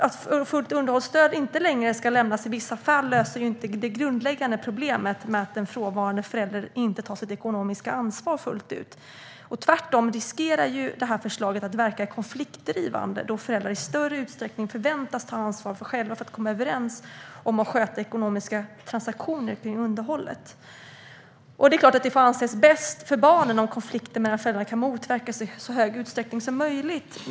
Att fullt underhållsstöd i vissa fall inte längre ska ges löser dock inte det grundläggande problemet med att en frånvarande förälder inte fullt ut tar sitt ekonomiska ansvar. Tvärtom finns det risk att det här förslaget verkar konfliktdrivande, då föräldrar i större utsträckning förväntas ta ansvar för att själva komma överens om att sköta ekonomiska transaktioner gällande underhållet. Det är klart att det får anses bäst för barnen om konflikter mellan föräldrarna kan motverkas i så hög utsträckning som möjligt.